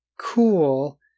cool